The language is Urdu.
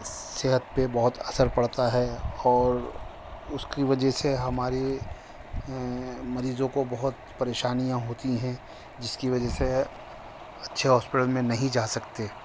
صحت پہ بہت اثر پڑتا ہے اور اس کی وجہ سے ہمارے مریضوں کو بہت پریشانیاں ہوتی ہیں جس کی وجہ سے اچھے ہاسپٹل میں نہیں جا سکتے